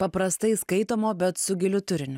paprastai skaitomo bet su giliu turiniu